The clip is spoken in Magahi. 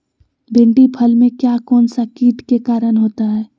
भिंडी फल में किया कौन सा किट के कारण होता है?